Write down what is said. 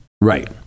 Right